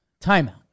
Timeout